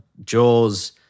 Jaws